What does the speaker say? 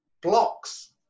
blocks